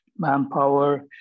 manpower